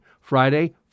Friday